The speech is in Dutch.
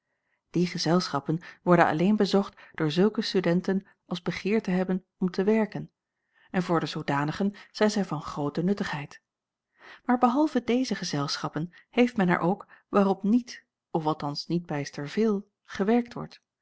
die gezelschappen worden alleen bezocht door zulke studenten als begeerte hebben om te werken en voor de zoodanigen zijn zij van groote nuttigheid maar behalve deze gezelschappen heeft men er ook waarop niet of althans niet bijster veel gewerkt wordt